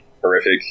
horrific